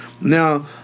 now